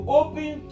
open